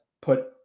put